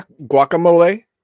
Guacamole